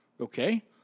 Okay